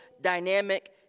dynamic